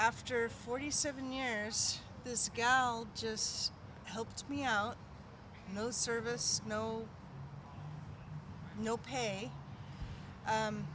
after forty seven years this guy just helped me out no service no no pay